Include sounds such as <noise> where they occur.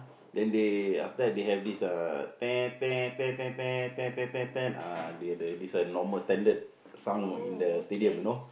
then they after that they have this uh <noise> uh they have this uh normal standard sound in the stadium you know